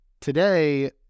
Today